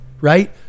right